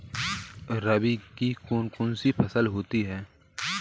रबी की कौन कौन सी फसलें होती हैं?